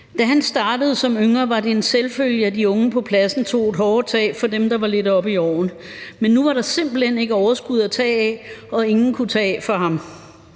Da han startede som yngre, var det en selvfølge, at de unge på pladsen tog et hårdere tag for dem, der var lidt oppe i årene, men nu var der simpelt hen ikke overskud at tage af, og ingen kunne tage af for ham.